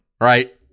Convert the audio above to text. right